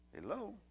Hello